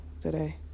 today